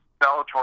Bellator